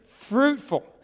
fruitful